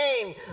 game